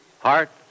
heart